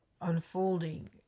unfolding